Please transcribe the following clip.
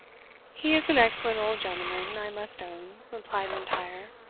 he is an excellent old gentleman, i must own, replied m'intyre,